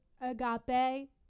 Agape